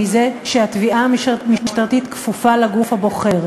מזה שהתביעה המשטרתית כפופה לגוף החוקר.